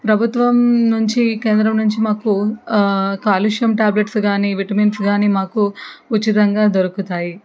ప్రభుత్వం నుంచి కేంద్రం నుంచి మాకు కాల్షియం టాబ్లెట్స్ గానీ విటమిన్స్ గానీ మాకు ఉచితంగా దొరుకుతాయి